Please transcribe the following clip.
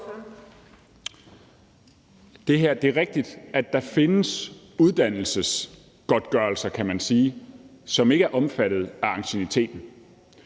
Det er rigtigt, at der findes uddannelsesgodtgørelser, som ikke er omfattet af ancienniteten.